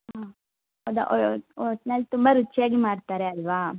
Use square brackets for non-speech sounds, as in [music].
ಹಾಂ ಹೌದ [unintelligible] ಒಟ್ನಲ್ಲಿ ತುಂಬ ರುಚಿಯಾಗಿ ಮಾಡ್ತಾರೆ ಅಲ್ಲವಾ